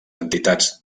entitats